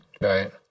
Right